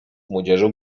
młodzieżą